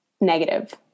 negative